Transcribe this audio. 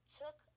took